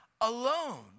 alone